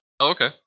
Okay